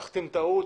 תחתים את ההוא,